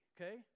okay